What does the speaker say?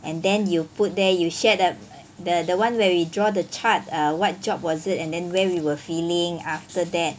and then you put there you share the the the one where we draw the chart err what job was it and then where we were feeling after that